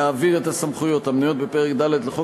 להעביר את הסמכויות המנויות בפרק ד' לחוק